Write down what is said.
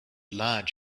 lad